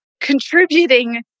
contributing